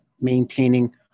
maintaining